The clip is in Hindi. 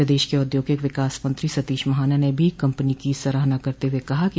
प्रदेश के औद्योगिक विकास मंत्री सतीश महाना ने भी कम्पनी की सराहना की